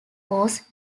was